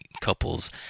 couples